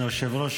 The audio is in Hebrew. היושב-ראש,